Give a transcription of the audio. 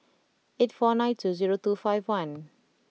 eight four nine two zero two five one